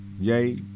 Yay